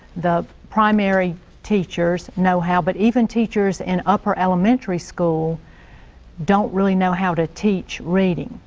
the primary teachers know how but even teachers in upper elementary school don't really know how to teach reading.